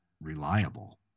reliable